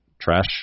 Trash